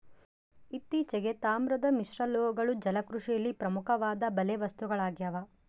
ಇತ್ತೀಚೆಗೆ, ತಾಮ್ರದ ಮಿಶ್ರಲೋಹಗಳು ಜಲಕೃಷಿಯಲ್ಲಿ ಪ್ರಮುಖವಾದ ಬಲೆ ವಸ್ತುಗಳಾಗ್ಯವ